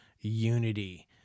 unity